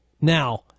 Now